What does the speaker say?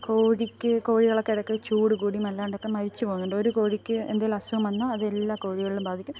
കോഴിക്ക് കോഴികളൊക്കെ ഇടയ്ക്ക് ചൂടു കൂടിയും അല്ലാണ്ടൊക്കെ മരിച്ചു പോകുന്നുണ്ട് ഒരു കോഴിക്ക് എന്തെങ്കിലും അസുഖം വന്നാൽ അത് എല്ലാ കോഴികളിലും ബാധിക്കും